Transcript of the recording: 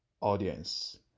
audience